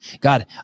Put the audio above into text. God